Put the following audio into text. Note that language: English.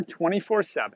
24/7